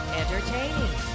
entertaining